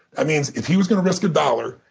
that means if he was going to risk a dollar,